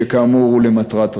שכאמור הוא למטרת רווח.